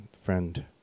friend